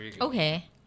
okay